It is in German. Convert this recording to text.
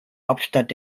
hauptstadt